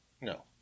No